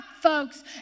folks